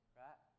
right